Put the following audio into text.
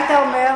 מה היית אומר?